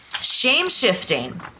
Shame-shifting